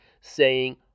saying